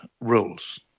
rules